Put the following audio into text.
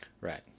Right